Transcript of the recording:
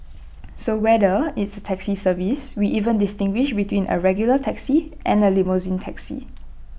so whether it's A taxi service we even distinguish between A regular taxi and A limousine taxi